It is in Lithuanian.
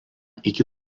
iki